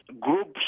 groups